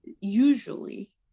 usually